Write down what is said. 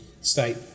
state